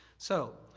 so,